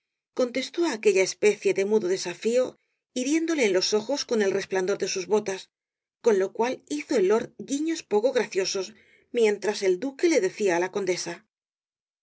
contestó á aquella especie de mudo desafío hiriéndole en los ojos con el resplandor de sus botas con lo cual hizo el lord guiños poco graciosos mientras el duque le decía á la condesa